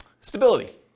Stability